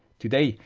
today,